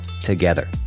together